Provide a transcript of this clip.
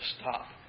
stop